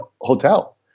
hotel